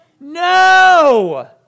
No